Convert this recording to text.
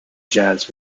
jazz